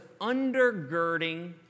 undergirding